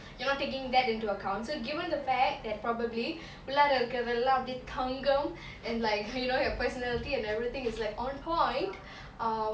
you're not taking that into account so given the fact that probably உள்ளார இருக்குரதுலா அப்டி தங்கம்:ullara irukurathula apdi thangam and like you know your personality and everything is like on point um